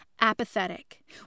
apathetic